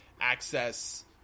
access